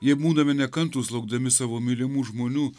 jei būdami nekantrūs laukdami savo mylimų žmonių